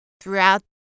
throughout